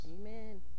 Amen